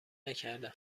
نکردم